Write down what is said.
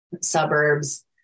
suburbs